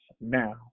now